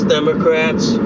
Democrats